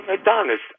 Adonis